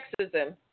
Sexism